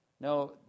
No